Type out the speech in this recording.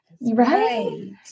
Right